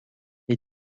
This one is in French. est